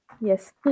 Yes